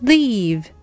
Leave